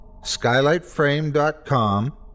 skylightframe.com